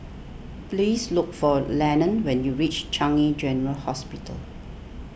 please look for Lennon when you reach Changi General Hospital